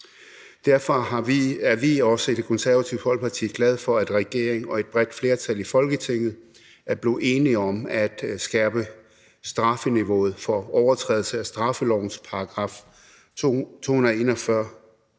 Derfor er vi i Det Konservative Folkeparti også glade for, at regeringen og et bredt flertal i Folketinget er blevet enige om at skærpe strafniveauet for overtrædelse af straffelovens § 241,